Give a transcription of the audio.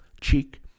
cheek